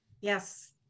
Yes